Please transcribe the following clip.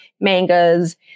mangas